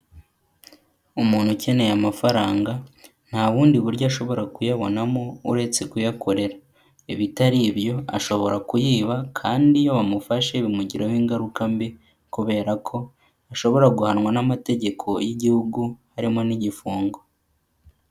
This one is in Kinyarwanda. Umuntu ukeneye amafaranga nta bundi buryo ashobora kuyabonamo uretse kuyakorera. Ibitari ibyo ashobora kuyiba kandi iyo bsmufashe bimugiraho ingaruka mbi kubera ko ashobora guhanwa n'amategeko y'igihugu harimo n'igifungo.